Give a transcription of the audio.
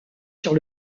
sur